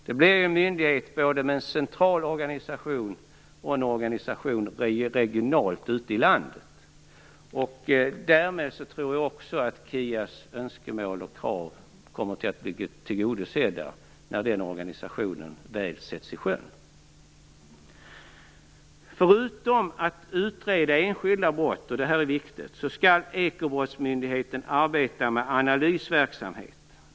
Det blir en myndighet både med en central organisation och med en organisation regionalt ute i landet. Därmed tror jag att Kia Andreassons önskemål och krav kommer att bli tillgodosedda när organisationen väl sätts i sjön. Förutom att utreda enskilda brott - och detta är viktigt - skall ekobrottsmyndigheten arbeta med analysverksamhet.